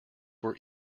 were